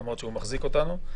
למרות שהוא מחזיק אותנו.